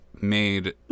made